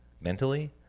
mentally